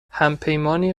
همپیمانی